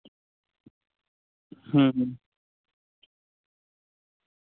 ᱦᱩᱸ